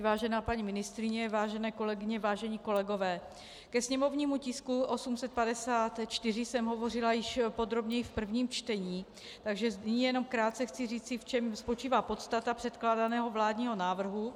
Vážená paní ministryně, vážené kolegyně, vážení kolegové, ke sněmovnímu tisku 854 jsem hovořila podrobněji už v prvním čtení, takže nyní jenom krátce chci říci, v čem spočívá podstata předkládaného vládního návrhu.